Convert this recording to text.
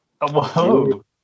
Whoa